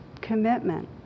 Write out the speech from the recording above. commitment